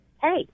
Hey